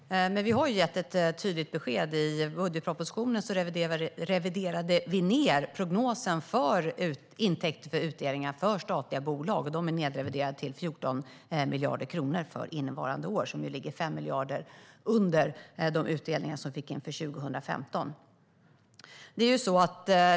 Fru talman! Vi har gett ett tydligt besked. I budgetpropositionen reviderade vi ned prognosen för intäkter från utdelningar från statliga bolag. De är nedvärderade till 14 miljarder kronor för innevarande år. Det ligger 5 miljarder kronor under de utdelningar som vi fick in för 2015.